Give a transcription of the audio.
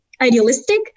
idealistic